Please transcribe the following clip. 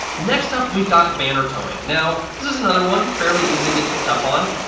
next up we've got banner towing. now this is another one fairly easy to get picked up on.